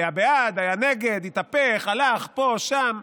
היה בעד, היה נגד, התהפך, הלך, פה, שם.